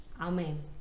Amen